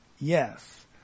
Yes